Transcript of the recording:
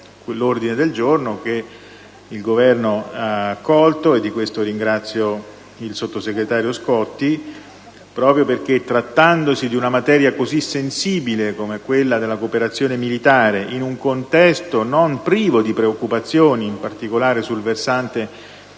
l'ordine del giorno G100, che il Governo ha accolto (e di questo ringrazio il sottosegretario Scotti): proprio perché, trattandosi di una materia così sensibile come quella della cooperazione militare, in un contesto non privo di preoccupazioni, in particolare sul versante dei